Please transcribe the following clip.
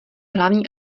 hlavní